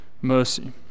mercy